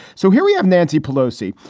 so here we have nancy pelosi.